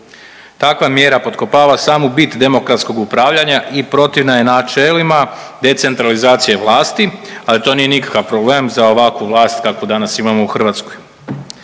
Takva mjera potkopava samu bit demokratskog upravljanja i protivna je načelima decentralizacije vlasti, ali to nije nikakav problem za ovakvu vlast kakvu danas imamo u Hrvatskoj.